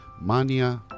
Mania